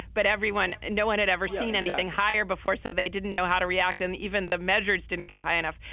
but everyone and no one had ever seen anything higher before so they didn't know how to react and even the measures didn't go high enough.